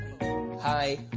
hi